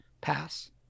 Pass